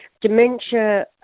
dementia